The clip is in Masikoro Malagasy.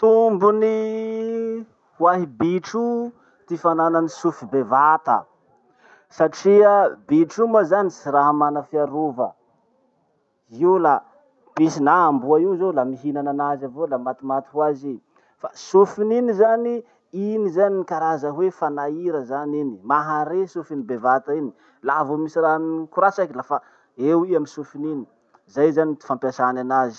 Tombony hoahy bitro io ty fananany sofy bevata satria bitro io moa zany tsy raha mana fiarova. Io la piso na amboa io zao la mihinan'anazy avao la matimaty hoazy i. Fa sofony iny zany, iny zany karaza hoe fanaira zany iny. Mahare sofony bevata iny. Laha vo misy raha mikoratsiky lafa eo i amy sofony iny. Zay zany ty fampiasany anazy.